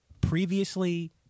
previously